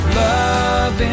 love